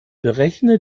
berechne